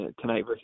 tonight